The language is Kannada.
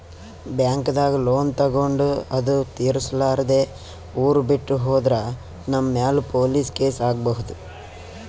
ಬ್ಯಾಂಕ್ದಾಗ್ ಲೋನ್ ತಗೊಂಡ್ ಅದು ತಿರ್ಸಲಾರ್ದೆ ಊರ್ ಬಿಟ್ಟ್ ಹೋದ್ರ ನಮ್ ಮ್ಯಾಲ್ ಪೊಲೀಸ್ ಕೇಸ್ ಆಗ್ಬಹುದ್